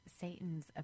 Satan's